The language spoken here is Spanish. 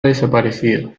desaparecido